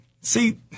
See